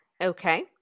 Okay